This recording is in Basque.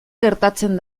gertatzen